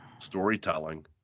storytelling